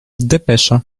depesza